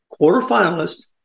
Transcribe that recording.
quarterfinalist